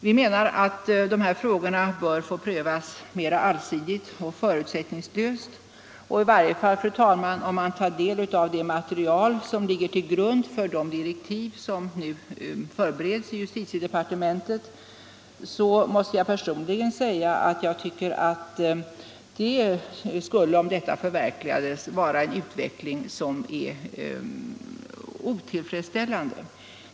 Vi menar att dessa frågor bör prövas mer allsidigt och förutsättningslöst. Jag har tagit del av det material som ligger till grund för de direktiv som förbereds i justitiedepartementet. Om dessa direktiv verkligen utarbetas efter det materialet anser jag att utvecklingen blir otillfredsställande.